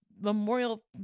memorial